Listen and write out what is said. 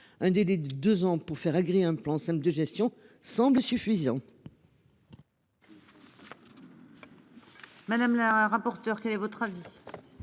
un délai de 2 ans pour faire agréer un plan ça de gestion semble suffisant.